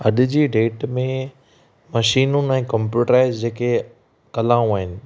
अॼ जी डेट में मशीनुनि ऐं कम्प्यूटराइज़ जेके कलाऊं आहिनि